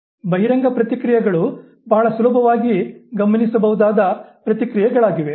ಬಹಿರಂಗ ಪ್ರತಿಕ್ರಿಯೆಗಳು ಬಹಳ ಸುಲಭವಾಗಿ ಗಮನಿಸಬಹುದಾದ ಪ್ರತಿಕ್ರಿಯೆಗಳಾಗಿವೆ